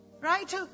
Right